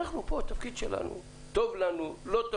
והתפקיד שלנו טוב לנו או לא,